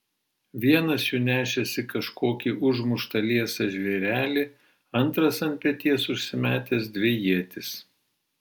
vienas jų nešėsi kažkokį užmuštą liesą žvėrelį antras ant peties užsimetęs dvi ietis